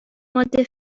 ماده